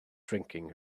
drinking